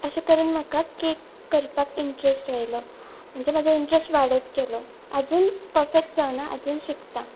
अशे करून म्हाका केक करपाक इंट्रस्ट येलो म्हणजे म्हजो इंट्रस्ट वाडत गेलो आजून परफेक्ट जावना आजून शिकता